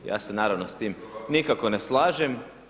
Ja se naravno s tim nikako ne slažem.